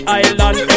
island